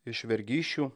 iš vergysčių